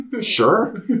Sure